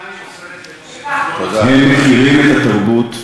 הם מכירים את התרבות,